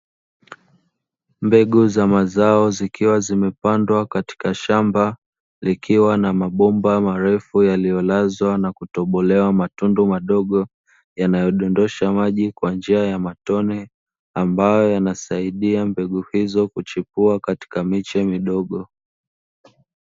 Mbegu za mazao zikiwa zimepandwa katika shamba likiwa na mabomba marefu yaliyolazwa na kutobolewa matundu madogo, yanayodondosha maji kwa njia ya matone ambayo yanasaidia mbegu hizo kuchipua katika miche midogo.